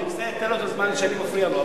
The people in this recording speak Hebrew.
תן לו את הזמן שאני מפריע לו.